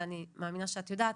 ואני מאמינה שאת יודעת,